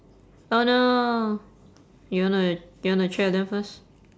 oh no you wanna you wanna check with them first